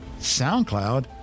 SoundCloud